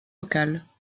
locales